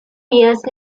years